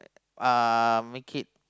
uh make it